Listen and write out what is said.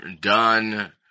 done